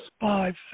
five